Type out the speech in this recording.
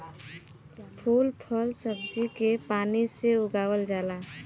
फूल फल सब्जी के पानी से उगावल जाला